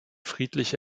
friedliche